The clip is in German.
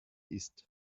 ist